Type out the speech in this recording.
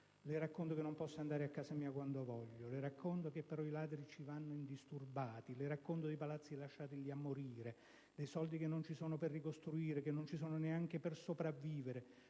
Le racconto che non posso andare a casa mia quando voglio. Le racconto che, però, i ladri ci vanno indisturbati. Le racconto dei palazzi lasciati lì a morire. Le racconto dei soldi che non ci sono, per ricostruire. E che non ci sono neanche per aiutare